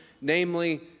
namely